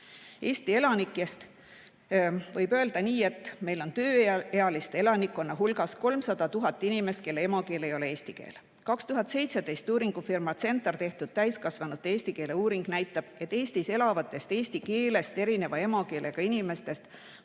katastroofiline. Võib öelda nii, et meil on tööealise elanikkonna hulgas 300 000 inimest, kelle emakeel ei ole eesti keel. 2017. aastal uuringufirma CentAR tehtud täiskasvanute eesti keele uuring näitab, et Eestis elavatest eesti keelest erineva emakeelega inimestest